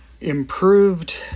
improved